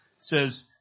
says